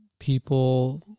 People